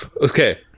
okay